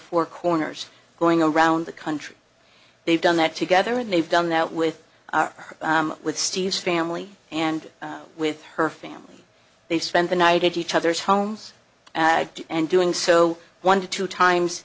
four corners going around the country they've done that together and they've done that with our with steve's family and with her family they spent the night at each other's homes and doing so one to two times